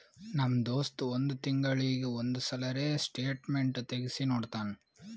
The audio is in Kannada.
ನಮ್ ದೋಸ್ತ್ ಒಂದ್ ತಿಂಗಳೀಗಿ ಒಂದ್ ಸಲರೇ ಸ್ಟೇಟ್ಮೆಂಟ್ ತೆಗ್ಸಿ ನೋಡ್ತಾನ್